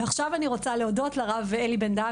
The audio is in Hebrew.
ועכשיו אני רוצה להודות לרב אלי בן דהן